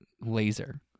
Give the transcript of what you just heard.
Laser